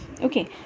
okay